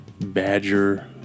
badger